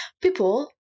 People